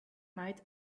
might